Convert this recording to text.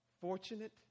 fortunate